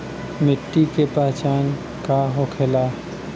मिट्टी के पहचान का होखे ला?